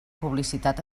publicitat